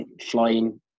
flying